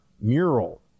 mural